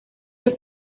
los